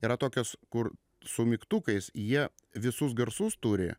yra tokios kur su mygtukais jie visus garsus turi